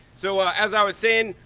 so as i was saying,